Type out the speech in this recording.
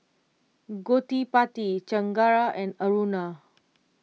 Gottipati Chengara and Aruna